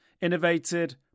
Innovated